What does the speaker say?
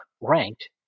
ranked